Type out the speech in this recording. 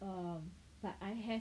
um but I have